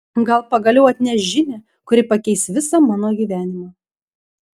gal pagaliau atneš žinią kuri pakeis visą mano gyvenimą